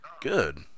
Good